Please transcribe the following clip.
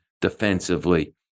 defensively